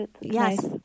Yes